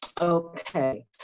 okay